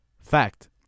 Fact